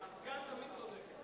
הסגן תמיד צודק.